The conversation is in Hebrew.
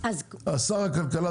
שר הכלכלה,